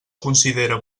considere